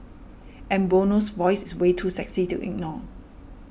and Bono's voice is way too sexy to ignore